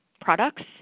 products